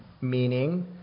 meaning